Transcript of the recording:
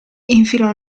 infilò